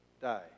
die